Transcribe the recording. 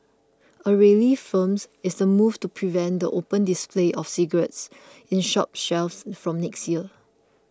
already firm is the move to prevent the open display of cigarettes in shop shelves from next year